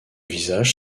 visages